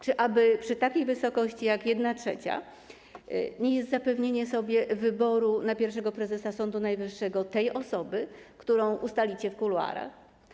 Czy aby przy takiej wysokości jak 1/3 nie jest to zapewnienie sobie wyboru na pierwszego prezesa Sądu Najwyższego tej osoby, którą ustalicie w kuluarach?